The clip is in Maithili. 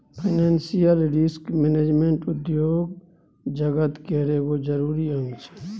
फाइनेंसियल रिस्क मैनेजमेंट उद्योग जगत केर एगो जरूरी अंग छै